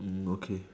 okay